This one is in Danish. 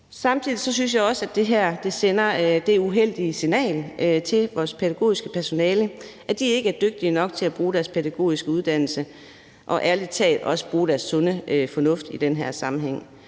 Samtidig synes jeg også, at det her sender det uheldige signal til vores pædagogiske personale, at de ikke er dygtige nok til at bruge deres pædagogiske uddannelse og – ærlig talt – bruge deres sunde fornuft i den her sammenhæng.